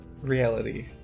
reality